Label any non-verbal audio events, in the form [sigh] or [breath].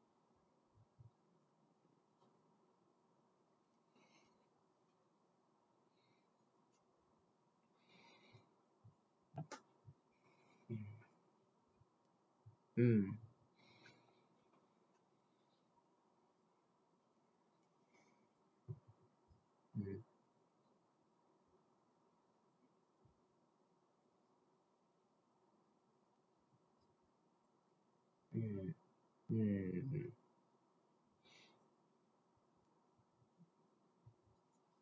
[noise] mm [breath] mm mm mm